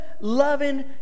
loving